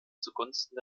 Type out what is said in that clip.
zugunsten